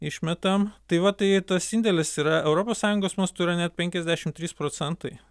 išmetam tai va tai ir tas indėlis yra europos sąjungos mastu yra net penkiasdešimt trys procentai